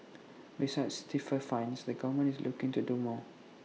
besides stiffer fines the government is looking to do more